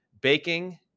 baking